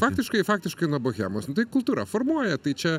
faktiškai faktiškai nuo bohemos nu tai kultūra formuoja tai čia